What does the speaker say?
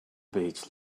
beach